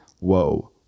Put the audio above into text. whoa